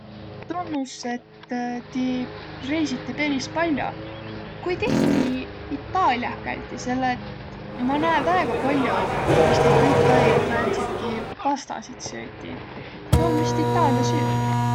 Tunnus, et ti reisiti peris pall'o. Ku tihti ti Itaaliah käütiq? Selle et ma näe väega pall'o, kuis ti kõik aig määntsitki pastasit süütiq. Tuu om vist itaalia süük?